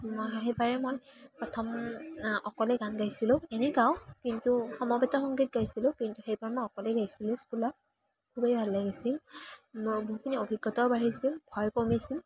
সেইবাৰে মই প্ৰথম অকলে গান গাইছিলোঁ এনেই গাওঁ কিন্তু সমবেত সংগীত গাইছিলোঁ কিন্তু সেইবাৰ মই অকলেই গাইছিলোঁ স্কুলত খুবেই ভাল লাগিছিল মোৰ যিখিনি অভিজ্ঞতাও বাঢ়িছিল ভয় কমিছিল